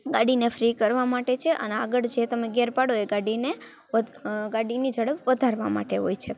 ગાડીને ફ્રી કરવા માટે છે અને આગળ જે તમે ગેર પાડો એ ગાડીને ગાડીની ઝડપ વધારવા માટે હોય છે